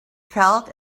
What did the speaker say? felt